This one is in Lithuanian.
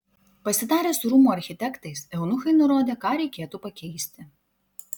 pasitarę su rūmų architektais eunuchai nurodė ką reikėtų pakeisti